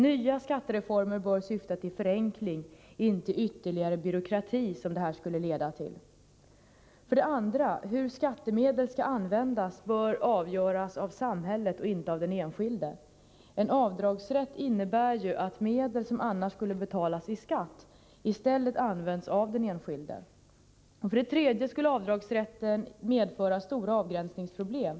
Nya skattereformer bör syfta till förenkling, inte till ytterligare byråkrati, som det här skulle leda till. För det andra bör frågan hur skattemedel skall användas avgöras av samhället, inte av den enskilde. En avdragsrätt innebär ju att medel som För det tredje skulle avdragsrätten medföra stora avgränsningsproblem.